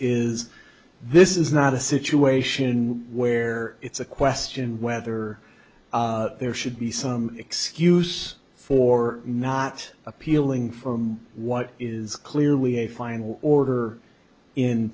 is this is not a situation where it's a question whether there should be some excuse for not appealing from what is clearly a final order in